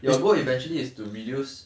your goal eventually is to reduce